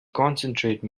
concentrate